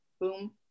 Boom